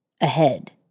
ahead